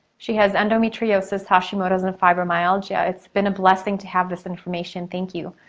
she has endometriosis, hashimoto's and fibromyalgia. it's been a blessing to have this information, thank you.